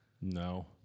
No